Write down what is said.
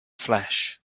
flesh